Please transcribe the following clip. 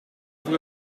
over